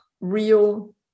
real